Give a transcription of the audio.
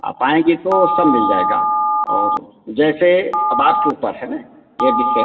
आप आएँगी तो सब मिल जाएगा और जैसे अब आपके ऊपर है न ये विषय